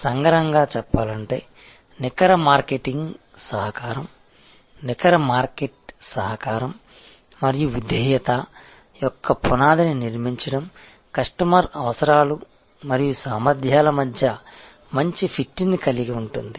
సంగ్రహంగా చెప్పాలంటే నికర మార్కెటింగ్ సహకారం నికర మార్కెట్ సహకారం మరియు విధేయత యొక్క పునాదిని నిర్మించడం కస్టమర్ అవసరాలు మరియు సామర్థ్యాల మధ్య మంచి ఫిట్ని కలిగి ఉంటుంది